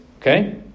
Okay